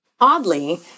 Oddly